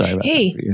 Hey